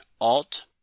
Alt